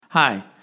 Hi